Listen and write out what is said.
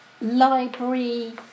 library